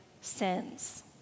sins